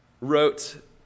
wrote